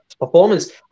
performance